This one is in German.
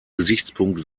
gesichtspunkt